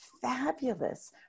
fabulous